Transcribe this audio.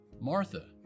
Martha